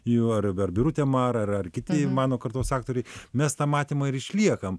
jų ar birutė mara ar kiti mano kartos aktoriai mes tą matymą ir išliekam